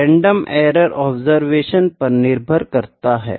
random error observation पर निर्भर करता है